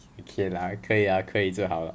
okay lah 可以 lah 可以就好了